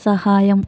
సహాయం